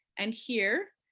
and here,